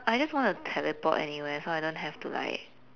I just want to teleport anywhere so I don't have to like